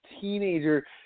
teenager